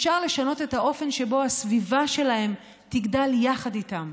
אפשר לשנות את האופן שבו הסביבה שלהם תגדל יחד איתם.